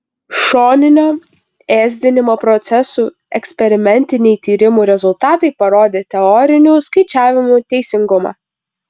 šoninio ėsdinimo procesų eksperimentiniai tyrimų rezultatai parodė teorinių skaičiavimų teisingumą